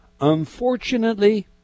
Unfortunately